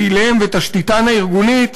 פעיליהן ותשתיתן הארגונית,